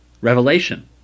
Revelation